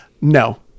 no